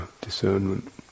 discernment